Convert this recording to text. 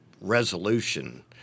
resolution